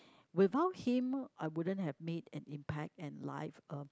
without him I wouldn't have made an impact in life uh